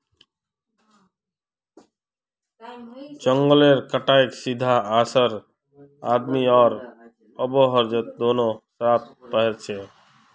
जंगलेर कटाईर सीधा असर आदमी आर आबोहवात दोनों टात पोरछेक